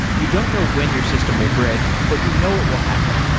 you don't know when your system will break, but you know what will happen.